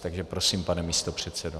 Takže prosím, pane místopředsedo.